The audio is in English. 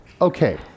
Okay